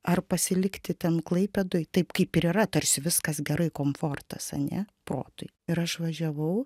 ar pasilikti ten klaipėdoj taip kaip ir yra tarsi viskas gerai komfortas ane protui ir aš važiavau